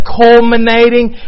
culminating